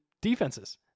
defenses